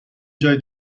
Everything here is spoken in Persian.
جای